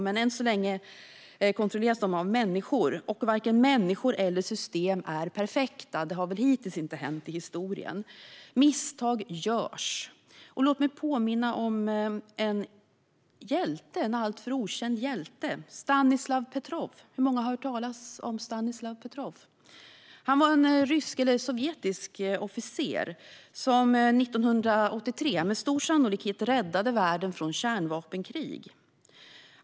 Men än så länge kontrolleras de av människor, och varken människor eller system är perfekta. Det visar historien. Misstag görs. Låt mig påminna om en alltför okänd hjälte, Stanislav Petrov. Hur många har hört talas om honom? Han var en sovjetisk officer som 1983 med stor sannolikhet räddade världen från kärnvapenkrig.